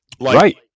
Right